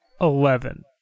Eleven